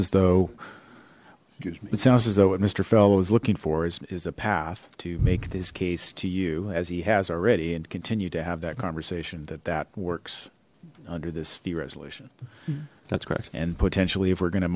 as though it sounds as though mister fel was looking for is a path to make this case to you as he has already and continued to have that conversation that that works under this fee resolution that's correct and potentially if we're going to